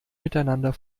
miteinander